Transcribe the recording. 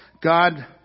God